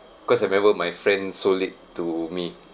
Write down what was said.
cause I remember my friend sold it to me